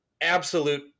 Absolute